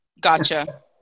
Gotcha